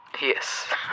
Yes